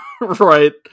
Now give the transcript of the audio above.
right